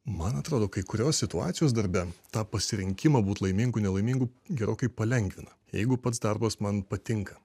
man atrodo kai kurios situacijos darbe tą pasirinkimą būt laimingu nelaimingu gerokai palengvina jeigu pats darbas man patinka